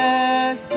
Yes